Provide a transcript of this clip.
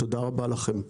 תודה רבה לכם.